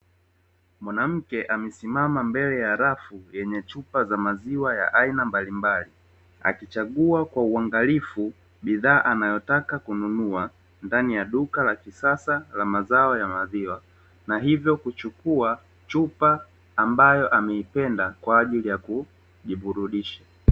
Mwanamke amesimama mbele ya rafu yenye chupa za maziwa ya aina mbalimbali, akichagua kwa uangalifu bidhaa anayotaka kununua ndani ya duka la kisasa la mazao ya maziwa, na hivyo kuchukua chupa ambayo ameipenda kwa ajili ya kujiburudisha.